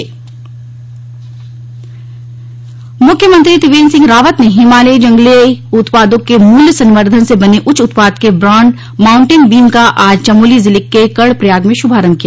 श्भारम्भ मुख्यमंत्री त्रिवेन्द्र सिंह रावत ने हिमालय जंगली उत्पादों के मूल्य सवंधन से बने उच्च उत्पाद के ब्रॉन्ड मॉउन्टेन बीम का आज चमोली जिले के कर्णप्रयाग में शुभारभ किया